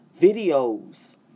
videos